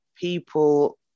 people